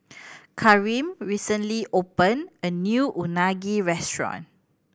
Kareem recently opened a new Unagi restaurant